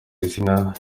izina